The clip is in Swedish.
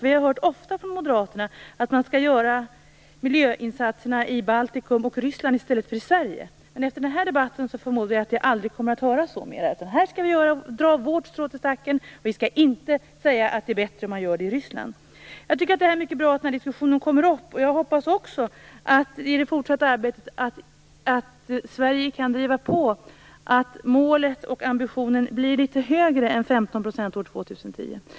Vi har ofta hört från Moderaterna att man skall göra miljöinsatserna i Baltikum och Ryssland i stället för i Sverige. Efter den här debatten förmodar jag att vi aldrig kommer att höra det igen. Vi skall dra vårt strå till stacken, och vi skall inte säga att det är bättre om det görs i Ryssland. Det är mycket bra att den här diskussionen kommer upp. Jag hoppas också att Sverige i det fortsatta arbetet kan driva på, så att målet och ambitionen blir litet högre än 15 % år 2010.